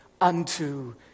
unto